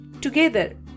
Together